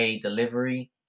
delivery